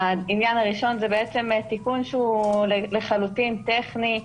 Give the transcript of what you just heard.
העניין הראשון זה תיקון שהוא לחלוטין טכני.